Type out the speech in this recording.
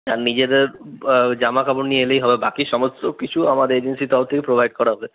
আর নিজেদের জামাকাপড় নিয়ে এলেই হবে বাকি সমস্ত কিছু আমার এজেন্সির তরফ থেকে প্রোভাইড করা হবে